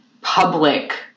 public